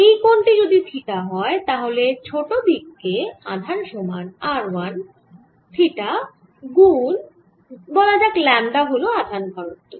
এই কোণ টি যদি থিটা হয় তাহলে ছোট দিকে আধান সমান r 1 থিটা গুন বলা যাক ল্যামডা হল আধান ঘনত্ব